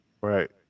Right